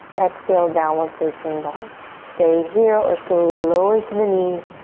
exhale, downward facing dog. stay here or slowly lower to the knees.